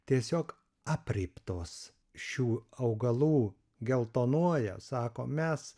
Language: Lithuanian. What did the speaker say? tiesiog aprėptos šių augalų geltonuoja sako mes